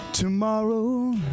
Tomorrow